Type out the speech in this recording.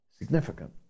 significant